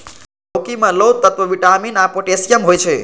लौकी मे लौह तत्व, विटामिन आ पोटेशियम होइ छै